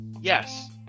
Yes